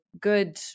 good